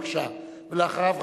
אחריו,